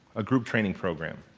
a group training program?